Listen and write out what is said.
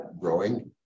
growing